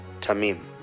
Tamim